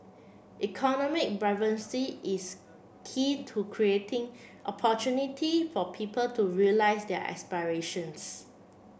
economic vibrancy is key to creating opportunity for people to realise their aspirations